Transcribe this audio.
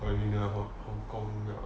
what you mean for hong kong ya